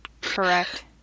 correct